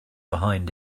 behind